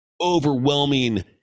overwhelming